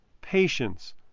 patience